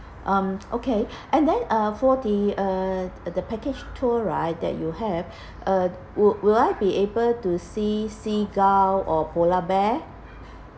um okay and then uh for the uh the package tour right that you have uh would will I be able to see seagull or polar bear